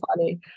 funny